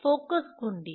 focus घुंडी